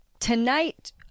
tonight